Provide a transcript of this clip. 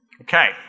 Okay